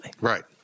Right